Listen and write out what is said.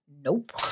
nope